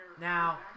Now